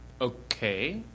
Okay